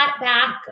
back